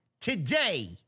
Today